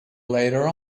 later